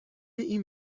این